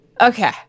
Okay